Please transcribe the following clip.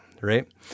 right